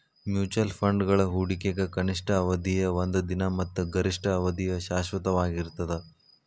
mutual ಫಂಡ್ಗಳ ಹೂಡಿಕೆಗ ಕನಿಷ್ಠ ಅವಧಿಯ ಒಂದ ದಿನ ಮತ್ತ ಗರಿಷ್ಠ ಅವಧಿಯ ಶಾಶ್ವತವಾಗಿರ್ತದ